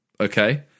Okay